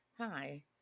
Hi